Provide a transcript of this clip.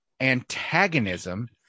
antagonism